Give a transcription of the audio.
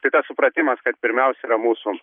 tai tas supratimas kad pirmiausia yra mūsų